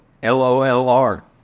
L-O-L-R